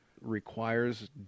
requires